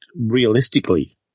realistically